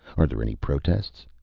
are there any protests?